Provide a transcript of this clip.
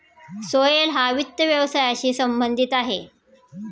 सोहेल हा वित्त व्यवसायाशी संबंधित आहे